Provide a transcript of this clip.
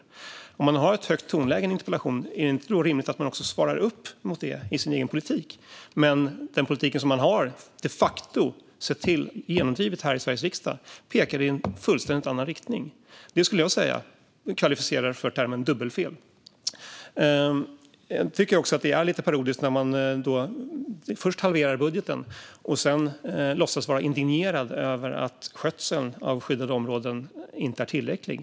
Om man har ett högt tonläge i en interpellation är det väl rimligt att man också svarar upp mot det i sin egen politik. Men den politik som man de facto har genomdrivit här i Sveriges riksdag pekar i en helt annan riktning. Det skulle jag säga kvalificerar sig för att benämnas som dubbelfel. Det är också lite parodiskt att de först halverar budgeten och sedan låtsas vara indignerade över att skötseln av skyddade områden inte är tillräcklig.